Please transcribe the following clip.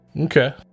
Okay